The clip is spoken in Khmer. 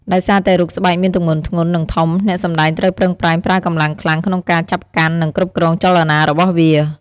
ដោយសារតែរូបស្បែកមានទម្ងន់ធ្ងន់ និងធំ អ្នកសម្តែងត្រូវប្រឹងប្រែងប្រើកម្លាំងខ្ខ្លាំងក្នុងការចាប់កាន់ និងគ្រប់គ្រងចលនារបស់វា។